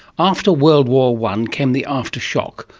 after world war one came the aftershock,